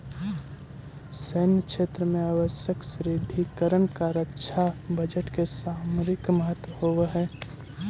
सैन्य क्षेत्र में आवश्यक सुदृढ़ीकरण ला रक्षा बजट के सामरिक महत्व होवऽ हई